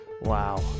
Wow